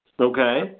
Okay